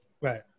Right